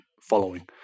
following